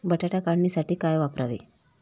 बटाटा काढणीसाठी काय वापरावे?